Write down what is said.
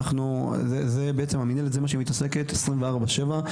זה בעצם מה שהמינהלת מתעסקת עשרים וארבע-שבע,